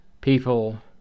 people